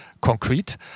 concrete